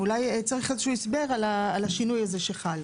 ואולי צריך איזשהו הסבר על השינוי הזה שחל.